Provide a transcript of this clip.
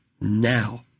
now